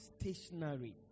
stationary